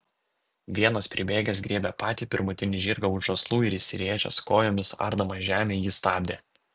vienas pribėgęs griebė patį pirmutinį žirgą už žąslų ir įsiręžęs kojomis ardamas žemę jį stabdė